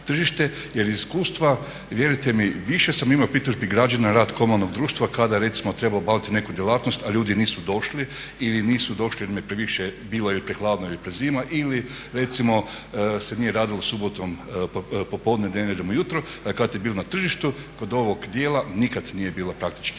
jer iskustva vjerujte mi više sam imao pritužbi građana na rad komunalnog društva kada recimo treba obaviti neku djelatnost a ljudi nisu došli ili nisu došli jer im je previše bilo prehladno ili prezima ili recimo se nije radilo subotom popodne, nedjeljom ujutro, kad je bilo na tržištu kod ovog dijela nikad nije bilo praktički